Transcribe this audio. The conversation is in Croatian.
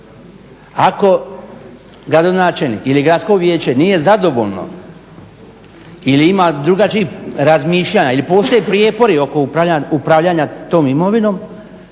Ako gradonačelnik ili gradsko vijeće nije zadovoljno ili ima drugačija razmišljanja ili postoje prijepori oko upravljanja tom imovinom